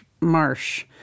Marsh